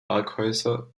parkhäuser